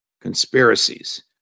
conspiracies